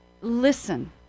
listen